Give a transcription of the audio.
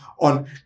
on